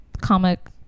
comic